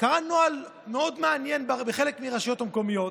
קרה נוהל מאוד מעניין בחלק מהרשויות המקומיות,